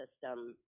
system